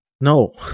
No